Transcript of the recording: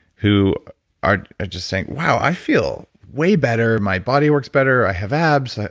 who are just saying, wow i feel way better. my body works better. i have abs,